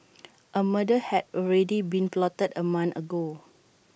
A murder had already been plotted A month ago